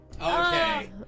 Okay